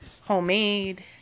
homemade